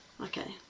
Okay